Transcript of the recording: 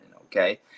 okay